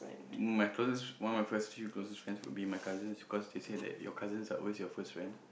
my close one of my first few closer friends would be my cousin because they said that your cousin are always your first friends